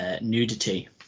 nudity